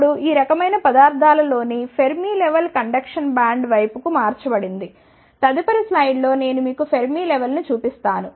ఇప్పుడు ఈ రకమైన పదార్థాలలోని ఫెర్మి లెవల్ కండక్షన్ బ్యాండ్ వైపుకు మార్చబడింది తదుపరి స్లైడ్లో నేను మీకు ఫెర్మి లెవల్ ని చూపిస్తాను